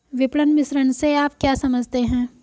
विपणन मिश्रण से आप क्या समझते हैं?